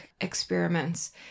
experiments